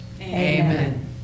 Amen